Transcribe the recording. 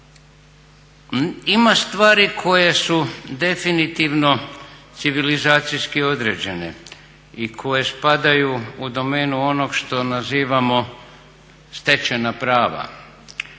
Ima stvari koje su definitivno civilizacijski određene i koje spadaju u domenu onog što nazivamo stečajna prava.